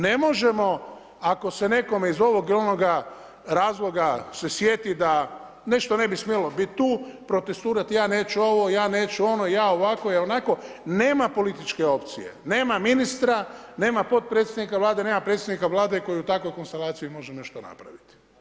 Ne možemo ako se nekome iz ovoga ili onoga razloga se sjeti da nešto ne bi smjelo biti tu, protestirat ja neću ovo, ja neću ovo, ja ovako, ja onako nema političke opcije, nema ministra, nema potpredsjednika Vlade, nema predsjednika Vlade koji u takvoj konstelaciji može nešto napraviti.